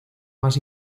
más